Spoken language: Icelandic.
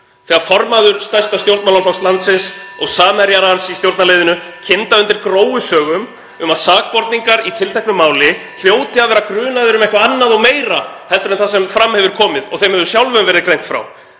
þegar formaður stærsta stjórnmálaflokks landsins og samherjar hans í stjórnarliðinu kynda (Forseti hringir.) undir gróusögum um að sakborningar í tilteknu máli hljóti að vera grunaðir um eitthvað annað og meira heldur en það sem fram hefur komið og þeim hefur sjálfum verið greint frá.